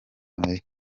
amerika